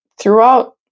throughout